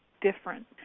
different